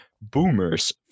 boomers